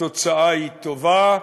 התוצאה טובה,